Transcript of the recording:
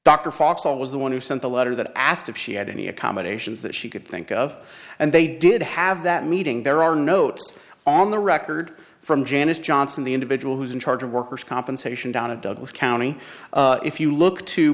dr fox i was the one who sent the letter that asked if she had any accommodations that she could think of and they did have that meeting there are notes on the record from janice johnson the individual who's in charge of workers compensation down at douglas county if you look t